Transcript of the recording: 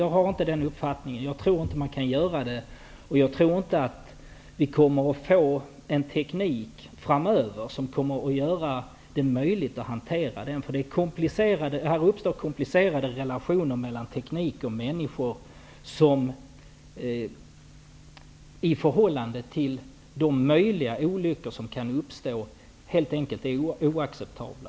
Jag tror inte att man kan göra det eller att vi framöver kommer att få en teknik som gör det möjligt att hantera kärnkraften på ett säkert sätt. Här uppstår komplicerade relationer mellan teknik och människor i förhållande till de ''möjliga'' olyckor som kan uppstå och som helt enkelt är oacceptabla.